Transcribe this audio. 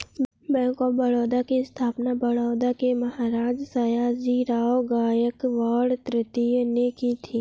bank of Baroda की स्थापना बड़ौदा के महाराज सयाजीराव गायकवाड तृतीय ने की थी